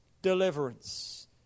Deliverance